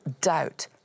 doubt